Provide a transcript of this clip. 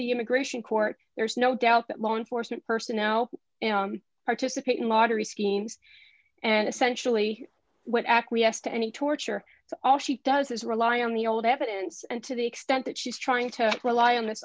the immigration court there's no doubt that law enforcement personnel participate in lottery schemes and essentially what acquiesce to any torture is all she does is rely on the old evidence and to the extent that she's trying to rely on this